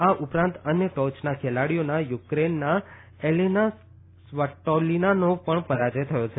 આ ઉપરાંત અન્ય ટોચના ખેલાડીઓના યુક્રેનના એલેના સ્વટોલીનાનો પણ પરાજય થયો છે